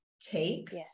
takes